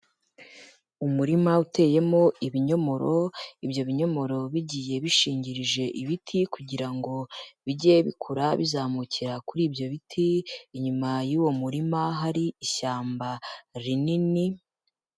Umurima uteyemo ibinyomoro, ibyo binyomoro bigiye bishingirije ibiti kugira ngo bijye bikura bizamukira kuri ibyo biti, inyuma y'uwo murima hari ishyamba rinini.